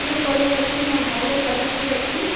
ଏବେ କୋଡ଼ିଏ ଅଛି ମୋ ଭାଇର ଚବିଶି ଅଛି